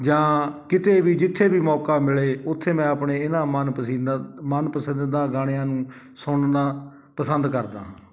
ਜਾਂ ਕਿਤੇ ਵੀ ਜਿੱਥੇ ਵੀ ਮੌਕਾ ਮਿਲੇ ਉੱਥੇ ਮੈਂ ਆਪਣੇ ਇਹਨਾਂ ਮਨ ਪਸੀਨਾ ਮਨਪਸੰਦੀਦਾ ਗਾਣਿਆਂ ਨੂੰ ਸੁਣਨਾ ਪਸੰਦ ਕਰਦਾ ਹਾਂ